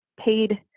paid